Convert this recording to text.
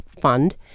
fund